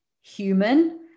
human